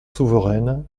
souveraine